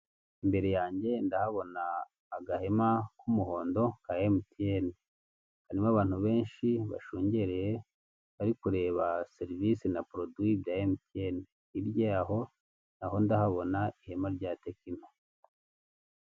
Imbere yanjye ndahabona agahema k'umuhondo ka emutiyeni, harimo abantu benshi bashungereye bari kureba serivise na poroduwi bya emutiyeni hirya yaho naho ndahabona ihema rya tekino.